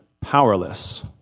powerless